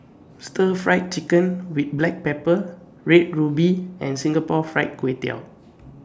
Stir Fried Chicken with Black Pepper Red Ruby and Singapore Fried Kway Tiao